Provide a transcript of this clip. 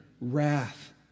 wrath